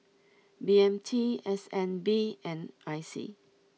B M T S N B and I C